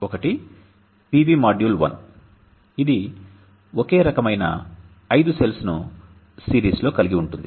ఒకటి PV module 1 ఇది ఒకే రకమైన 5 సెల్స్ ను సిరీస్లో కలిగి ఉంటుంది